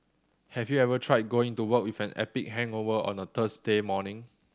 have you ever tried going to work with an epic hangover on a Thursday morning